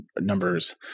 numbers